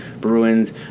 Bruins